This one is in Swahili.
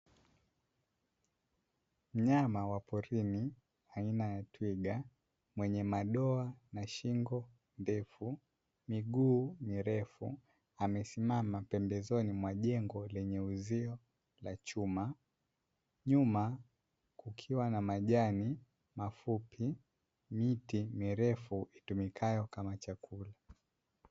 Mnyama wa porini aina ya twiga mwenye madoa na shingo ndefu, miguu mirefu amesimama pembezoni mwa jengo lenye uzio la chuma, nyuma kukiwa na majani mafupi, miti mirefu itumikayo kama chakula.